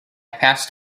passed